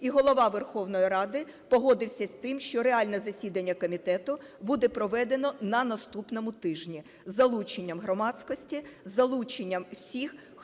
І Голова Верховної Ради погодився з тим, що реальне засідання комітету буде проведено на наступному тижні із залученням громадськості, із залученням усіх,